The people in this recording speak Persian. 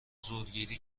زورگیری